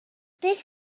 beth